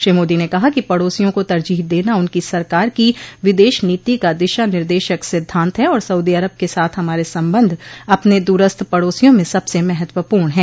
श्री मोदी ने कहा कि पड़ोसियों को तरजीह देना उनकी सरकार की विदेश नीति का दिशा निर्देशक सिद्धांत है और सऊदी अरब क साथ हमारे संबंध अपने दूरस्थ पड़ोसियों में सबसे महत्वपूर्ण हैं